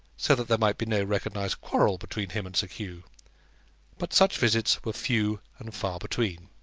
so that there might be no recognized quarrel between him and sir hugh but such visits were few and far between.